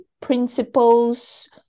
principles